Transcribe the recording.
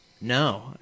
No